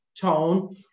tone